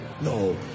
no